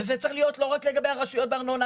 וזה צריך להיות לא רק לגבי הרשויות בארנונה,